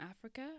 Africa